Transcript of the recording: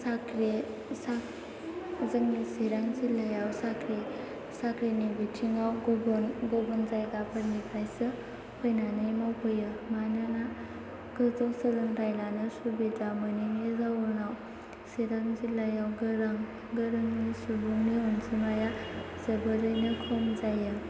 जोंनि चिरां जिल्लायाव साख्रिनि बिथिंआव गुबुन गुबुन जायगाफोरनिफ्रायसो फैनानै मावफैयो मानोना गोजौ सोलोंथाय लानो सुबिदा मोनैनि जाहोनाव चिरां जिल्लायाव गोरों गोरों सुबुंनि अनजिमाया जोबोरैनो खम जायो